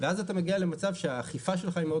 ואז אתה מגיע למצב שהאכיפה שלך היא מאוד